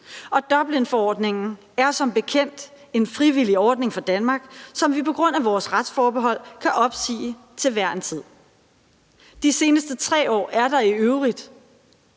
Og Dublinforordningen er som bekendt en frivillig ordning for Danmark, som vi på grund af vores retsforbehold kan opsige til hver en tid. De seneste 3 år er der i øvrigt